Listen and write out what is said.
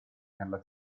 nella